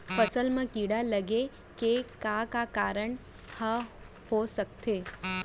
फसल म कीड़ा लगे के का का कारण ह हो सकथे?